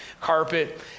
carpet